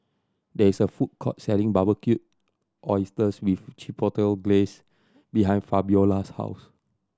there is a food court selling Barbecued Oysters with Chipotle Glaze behind Fabiola's house